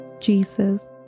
Jesus